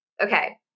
Okay